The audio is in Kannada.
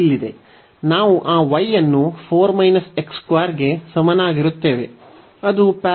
ನಾವು ಈ y ಅನ್ನು 4 ಗೆ ಸಮನಾಗಿರುತ್ತೇವೆ ಅದು ಪ್ಯಾರಾಬೋಲಾ